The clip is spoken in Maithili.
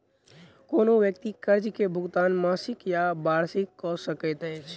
कोनो व्यक्ति कर्ज के भुगतान मासिक या वार्षिक कअ सकैत अछि